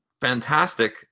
fantastic